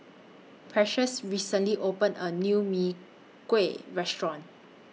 Precious recently opened A New Mee Kuah Restaurant